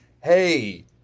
hey